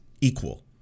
equal